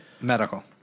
Medical